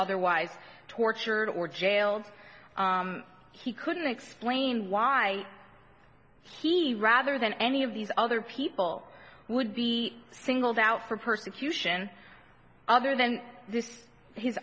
otherwise tortured or jailed he couldn't explain why he rather than any of these other people would be singled out for persecution other than this h